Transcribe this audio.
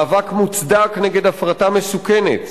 מאבק מוצדק נגד הפרטה מסוכנת.